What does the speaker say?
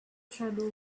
tribal